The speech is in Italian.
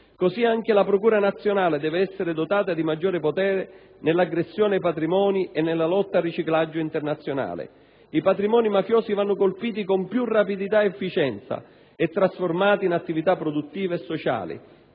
modo, la Procura nazionale antimafia deve essere dotata di maggiore potere nell'aggressione ai patrimoni e nella lotta al riciclaggio internazionale. I patrimoni mafiosi vanno colpiti con più rapidità ed efficienza e trasformati in attività produttive e sociali,